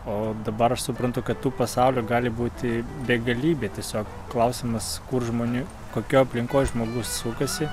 o dabar aš suprantu kad tų pasaulių gali būti begalybė tiesiog klausimas kur žmonių kokioj aplinkoj žmogus sukasi